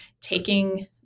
taking